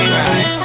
right